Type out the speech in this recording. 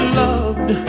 loved